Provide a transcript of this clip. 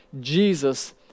Jesus